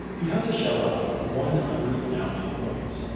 you'd have to shell up one hundred thousand points.